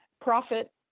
profit